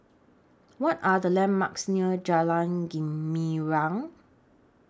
What Are The landmarks near Jalan Gumilang